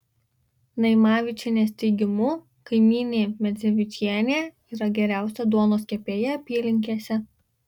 naimavičienės teigimu kaimynė medzevičienė yra geriausia duonos kepėja apylinkėse